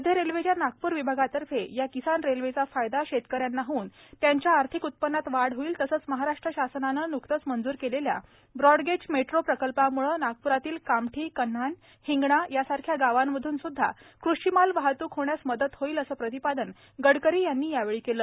मध्य रेल्वेच्या नागपूर विभागातर्फे या किसान रेल्वेचा फायदा शेतकऱ्यांना होऊन त्यांच्या आर्थिक उत्पन्नात वाढ होईल तसेच महाराष्ट्र शासनने न्कतेच मंजूर केलेल्या ब्रॉडगेज मेट्रो प्रकल्पाम्ळे नागप्रातील कामठी कन्हान हिंगना यासारख्या गावांमधून सुद्धा कृषिमाल वाहतूक होण्यास मदत होईल असे प्रतिपादन गडकरी यांनी यावेळी केलं